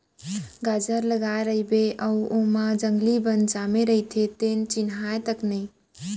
गाजर लगाए रइबे अउ ओमा जंगली बन जामे रइथे तेन चिन्हावय तक नई